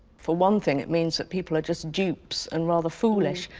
for one thing, it means that people are just dupes and rather foolish,